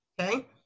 okay